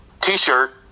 T-shirt